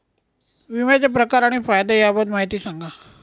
विम्याचे प्रकार आणि फायदे याबाबत माहिती सांगा